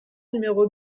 numéro